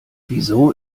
wieso